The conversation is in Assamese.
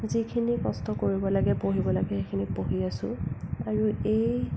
যিখিনি কষ্ট কৰিব লাগে পঢ়িব লাগে সেইখিনি পঢ়ি আছোঁ আৰু এই